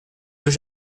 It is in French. deux